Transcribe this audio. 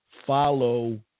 follow